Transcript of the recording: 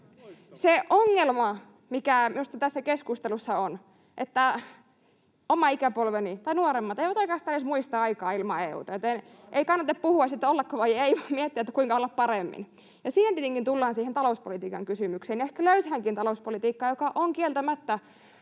Se ongelma minusta tässä keskustelussa on, että oma ikäpolveni tai nuoremmat eivät oikeastaan edes muista aikaa ilman EU:ta, joten ei kannata puhua siitä, ollako vai ei, vaan miettiä, kuinka olla paremmin. Siinä tietenkin tullaan siihen talouspolitiikan kysymykseen ja ehkä löysäänkin talouspolitiikkaan, joka on kieltämättä